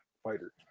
Fighter